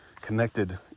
connected